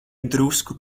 drusku